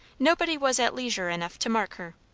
nobody was at leisure enough to mark her.